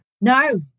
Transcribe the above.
No